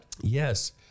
Yes